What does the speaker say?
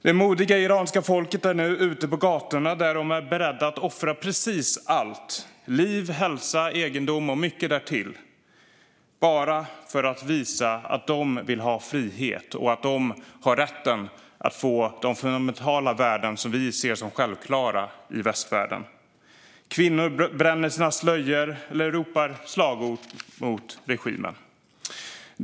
Det modiga iranska folket är nu ute på gatorna, där de är beredda att offra precis allt - liv, hälsa, egendom och mycket därtill - bara för att visa att de vill ha frihet och att de har rätten att få de fundamentala värden som vi i västvärlden ser som självklara. Kvinnor bränner sina slöjor eller ropar slagord mot regimen.